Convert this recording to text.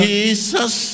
Jesus